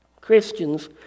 Christians